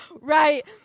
Right